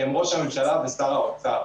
שהם ראש הממשלה ושר האוצר.